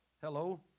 Hello